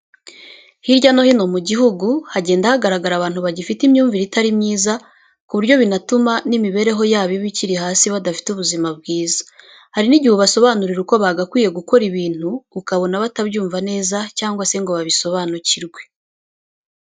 Hirya no hino mu gihugu hagenda hagaragara abantu bagifite imyumvire itari myiza ku buryo binatuma n'imibereho yabo iba ikiri hasi badafite ubuzima bwiza. Hari n'igihe ubasobanurira uko bagakwiye gukora ibintu ukabona batabyumva neza cyangwa se ngo babisobanukirwe.